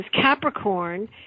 Capricorn